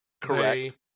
correct